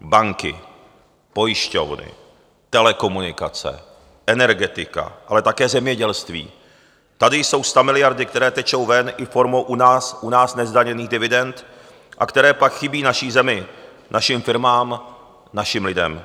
Banky, pojišťovny, telekomunikace, energetika, ale také zemědělství, tady jsou stamiliardy, které tečou ven i formou u nás nezdaněných dividend a které pak chybí naší zemi, našim firmám, našim lidem.